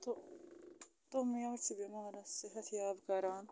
تہٕ تِم میوٕ چھِ بٮ۪مارَس صحت یاب کَران